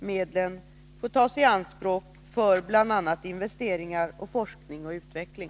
Medlen får tas i anspråk för bl.a. investeringar samt forskning och utveckling.